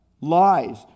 lies